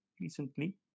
recently